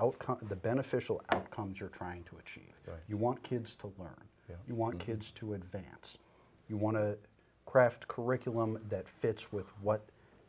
of the beneficial outcomes you're trying to achieve you want kids to learn if you want kids to advance you want to craft a curriculum that fits with what